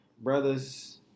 Brothers